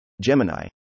Gemini